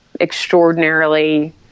extraordinarily